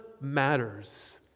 matters